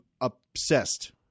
obsessed